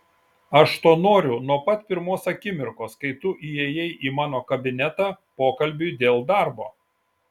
aš to noriu nuo pat pirmos akimirkos kai tu įėjai į mano kabinetą pokalbiui dėl darbo